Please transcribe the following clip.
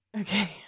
okay